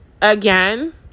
again